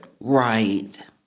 right